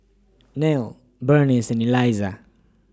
Nelie Burnice and Elizah